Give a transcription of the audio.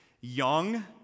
young